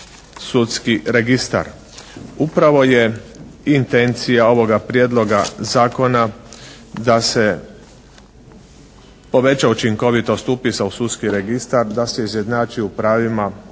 sudski registar. Upravo je intencija ovoga prijedloga zakona da se poveća učinkovitost upisa u sudski registar, da se izjednači u pravima i obvezama